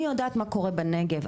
אני יודעת מה קורה בנגב,